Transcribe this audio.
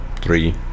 three